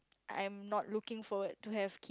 I'm not looking forward to have